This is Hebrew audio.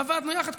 עבדנו יחד,